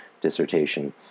dissertation